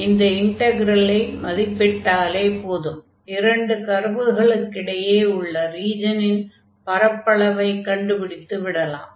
ஆகையால் இந்த இன்டக்ரலை மதிப்பிட்டாலே போதும் இரண்டு கர்வுகளுக்கு இடையே உள்ள ரீஜனின் பரப்பளவைக் கண்டுபிடித்து விடலாம்